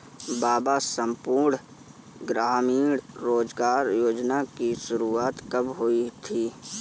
बाबा संपूर्ण ग्रामीण रोजगार योजना की शुरुआत कब हुई थी?